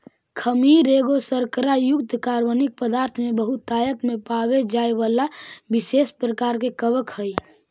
खमीर एगो शर्करा युक्त कार्बनिक पदार्थ में बहुतायत में पाबे जाए बला विशेष प्रकार के कवक हई